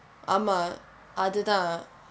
ஆமாம் அது தான்:aaamaam athu thaan